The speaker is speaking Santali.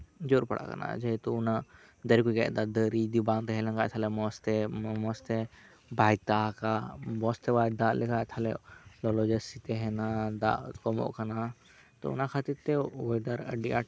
ᱡᱳᱨ ᱯᱟᱲᱟᱜ ᱠᱟᱱᱟ ᱡᱮᱦᱮᱛᱩ ᱚᱱᱟ ᱫᱟᱨᱮ ᱠᱚ ᱜᱮᱫ ᱮᱫᱟ ᱫᱟᱨᱮ ᱡᱩᱫᱤ ᱵᱟᱭ ᱛᱟᱦᱮᱸ ᱞᱮᱱᱠᱷᱟᱱ ᱢᱚᱸᱡᱽ ᱛᱮ ᱢᱚᱸᱡᱽ ᱛᱮ ᱵᱟᱭ ᱫᱟᱜᱟ ᱢᱚᱸᱡᱽ ᱛᱮ ᱵᱟᱭ ᱫᱟᱜ ᱞᱮᱠᱷᱟᱱ ᱞᱚᱞᱚ ᱡᱟᱹᱥᱛᱤ ᱛᱮᱦᱮᱱᱟ ᱫᱟᱜ ᱞᱚᱞᱚᱜ ᱠᱟᱱᱟ ᱛᱚ ᱚᱱᱟ ᱠᱷᱟᱹᱛᱤᱨ ᱛᱮ ᱚᱭᱮᱫᱟᱨ ᱟᱹᱰᱤ ᱟᱸᱴ